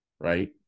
right